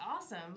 awesome